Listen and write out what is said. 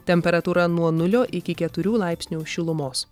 temperatūra nuo nulio iki keturių laipsnių šilumos